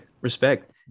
respect